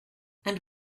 and